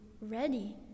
ready